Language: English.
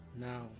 Now